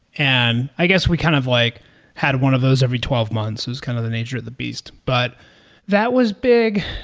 and i guess we kind of like had one of those every twelve months. it was kind of the nature of the beast. but that was big,